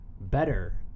better